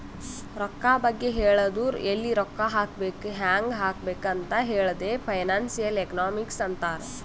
ರೊಕ್ಕಾ ಬಗ್ಗೆ ಹೇಳದು ಎಲ್ಲಿ ರೊಕ್ಕಾ ಹಾಕಬೇಕ ಹ್ಯಾಂಗ್ ಹಾಕಬೇಕ್ ಅಂತ್ ಹೇಳದೆ ಫೈನಾನ್ಸಿಯಲ್ ಎಕನಾಮಿಕ್ಸ್ ಅಂತಾರ್